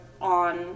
on